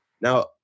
now